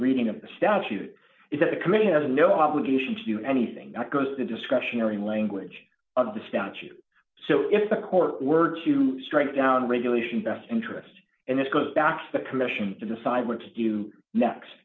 reading of the statute is that the committee has no obligation to do anything that goes the discretionary language of the statute so if the court were to strike down regulation best interest and this goes back to the commission to decide what to do next